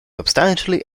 substantially